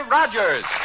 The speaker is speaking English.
Rogers